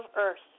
earth